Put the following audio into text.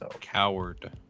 coward